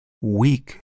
weak